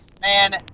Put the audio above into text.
Man